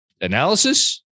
analysis